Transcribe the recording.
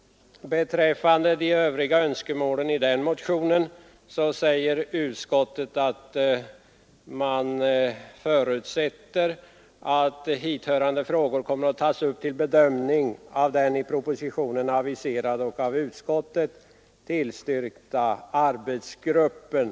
Beträffande de övriga önskemålen i motionen säger utskottet att det förutsätter att ”hithörande frågor kommer att tas upp till bedömning av den i propositionen aviserade och av utskottet i det föregående berörda arbetsgruppen”.